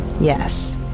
yes